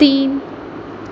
تین